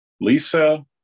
Lisa